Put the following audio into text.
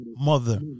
mother